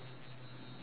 why not